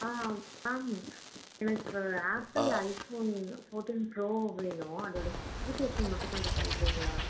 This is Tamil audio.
ஆ மேம் எனக்கு ஆப்பிள் ஐஃபோன் ஃபோர்ட்டின் ப்ரோ வேணும் அதோட ஸ்பெசிஃபிகேஷன் மட்டும் கொஞ்சம் சொல்லுறீங்களா